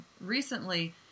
recently